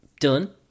Dylan